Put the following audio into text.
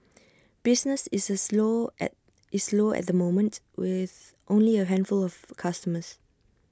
business is slow at is slow at the moment with only A handful of customers